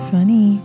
Funny